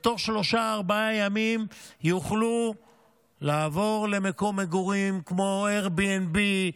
ותוך שלושה-ארבעה ימים יוכלו לעבור למקום מגורים כמו Airbnb,